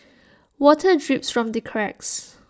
water drips from the cracks